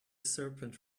serpent